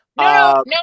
No